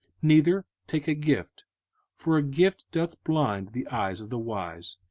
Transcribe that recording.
neither take a gift for a gift doth blind the eyes of the wise,